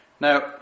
Now